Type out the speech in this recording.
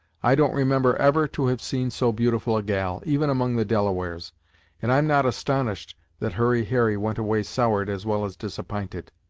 i don't remember ever to have seen so beautiful a gal, even among the delawares and i'm not astonished that hurry harry went away soured as well as disapp'inted!